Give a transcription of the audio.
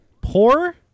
Poor